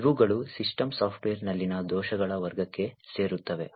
ಇವುಗಳು ಸಿಸ್ಟಮ್ ಸಾಫ್ಟ್ವೇರ್ನಲ್ಲಿನ ದೋಷಗಳ ವರ್ಗಕ್ಕೆ ಸೇರುತ್ತವೆ